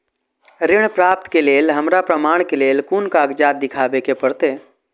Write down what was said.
ऋण प्राप्त के लेल हमरा प्रमाण के लेल कुन कागजात दिखाबे के परते?